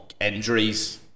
Injuries